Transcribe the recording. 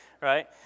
right